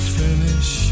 finish